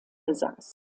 besaß